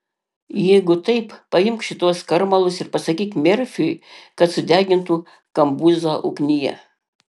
jeigu taip paimk šituos skarmalus ir pasakyk merfiui kad sudegintų kambuzo ugnyje